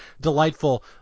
delightful